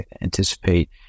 anticipate